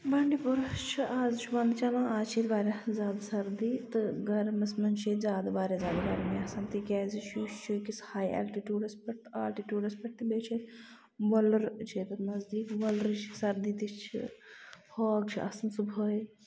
بانڈی پوراہَس چھُ آز چھُ وَندٕ چَلان چلو آز چھُ ییٚتہِ واریاہ زیادٕ سَردی تہٕ گرمَس منٛز چھِ ییٚتہِ زیادٕ واریاہ زیادٕ گرم تِکیازِ یہِ چھُ یہِ چھُ وُنکٮ۪س ہاے آلٹِٹوٗڈَس پٮ۪ٹھ تہٕ آلٹِٹوٗڈَس پٮ۪ٹھ تہٕ بیٚیہِ چھِ ییٚتہِ وُلُر چھُ ییٚتیتھ نَزدیٖک وُلرٕچۍ سردی تہِ چھِ فوگ چھُ آسن صبُحٲے